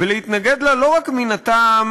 ולהתנגד לה לא רק מן הטעם